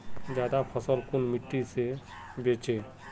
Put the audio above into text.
ज्यादा फसल कुन मिट्टी से बेचे?